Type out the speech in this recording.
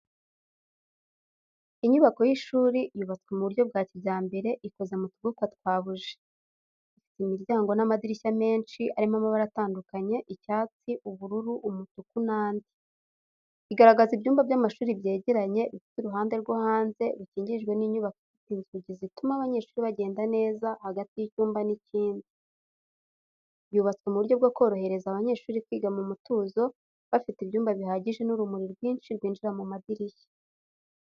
Inyubako y'ishuri yubatswe mu buryo bwa kijyambere, ikoze mu tugufwa twa buji. Ifite imiryango n’amadirishya menshi arimo amabara atandukanye icyatsi, ubururu, umutuku n’andi. Igaragaza ibyumba by’amashuri byegeranye, bifite uruhande rwo hanze rukingirijwe n’inyubako ifite inzuzi zituma abanyeshuri bagenda neza hagati y’icyumba n’ikindi. Yubatswe mu buryo bwo korohereza abanyeshuri kwiga mu mutuzo, bafite ibyumba bihagije n’urumuri rwinshi rwinjira mu madirishya.